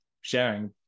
sharing